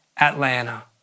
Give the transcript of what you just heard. Atlanta